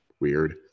Weird